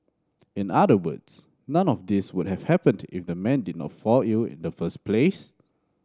in other words none of these would have happened if the man did not fall ill in the first place